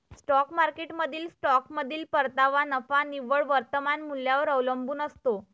stock मार्केटमधील स्टॉकमधील परतावा नफा निव्वळ वर्तमान मूल्यावर अवलंबून असतो